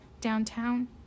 downtown